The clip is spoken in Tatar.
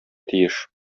тиеш